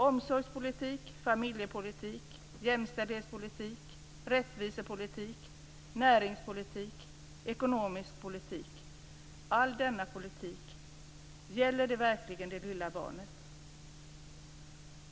Omsorgspolitik, familjepolitik, jämställdhetspolitik, rättvisepolitik, näringspolitik, ekonomisk politik, ja, all politik, gäller allt detta verkligen det lilla barnet?